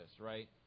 right